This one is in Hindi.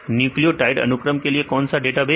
न्यूक्लियोटाइड अनुक्रम के लिए कौन सा डेटाबेस